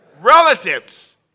Relatives